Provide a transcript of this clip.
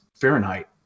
Fahrenheit